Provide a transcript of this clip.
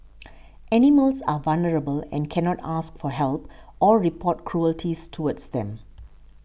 animals are vulnerable and cannot ask for help or report cruelties towards them